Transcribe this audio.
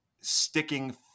sticking